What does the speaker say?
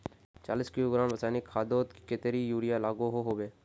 चालीस किलोग्राम रासायनिक खादोत कतेरी यूरिया लागोहो होबे?